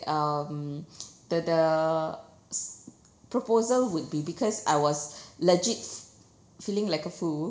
um the the s~ proposal would be because I was legit feeling like a fool